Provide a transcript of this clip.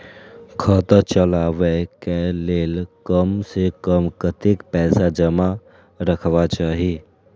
खाता चलावै कै लैल कम से कम कतेक पैसा जमा रखवा चाहि